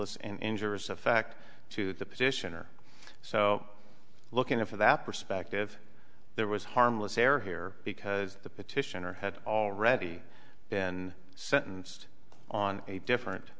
this and injurious effect to the position or so looking for that perspective there was harmless error here because the petitioner had already been sentenced on a different